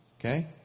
okay